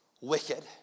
wicked